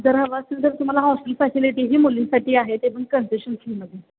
जर हवं असेल तर तुम्हाला हॉस्टेल फॅसिलिटीही मुलींसाठी आहे ते पण कन्सेशन फीमध्ये